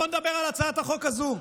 בואו נדבר עכשיו על הצעת החוק הזו.